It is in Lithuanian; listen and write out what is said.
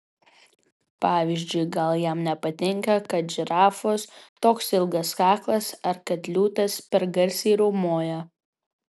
pavyzdžiui gal jam nepatinka kad žirafos toks ilgas kaklas ar kad liūtas per garsiai riaumoja